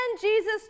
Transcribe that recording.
Jesus